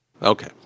Okay